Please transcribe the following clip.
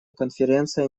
конференция